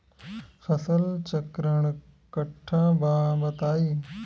फसल चक्रण कट्ठा बा बताई?